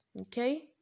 okay